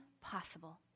possible